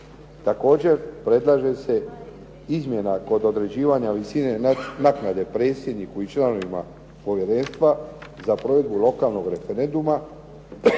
Također predlaže se izmjena kod određivanja visine naknade predsjedniku i članovima povjerenstva za provedbu lokalnog referenduma